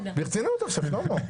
ברצינות עכשיו, שלמה.